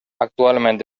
actualment